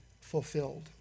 fulfilled